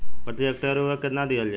प्रति हेक्टेयर उर्वरक केतना दिहल जाई?